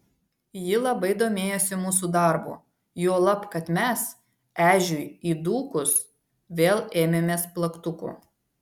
ji labai domėjosi mūsų darbu juolab kad mes ežiui įdūkus vėl ėmėmės plaktukų